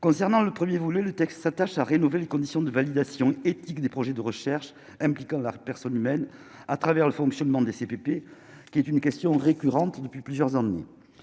concernant le 1er volet le texte s'attache à rénover les conditions de validation éthique des projets de recherche impliquant la personne humaine à travers le fonctionnement des CPP, qui est une question récurrente depuis plusieurs années